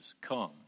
come